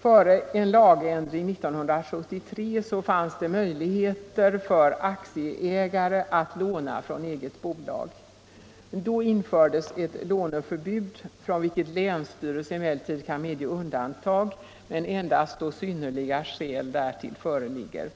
Före en lagändring 1973 fanns det möjligheter för aktieägare att låna från eget bolag. Då infördes ett låneförbud, från vilket länsstyrelse emellertid kan medge undantag men endast då synnerliga skäl därtill föreligger.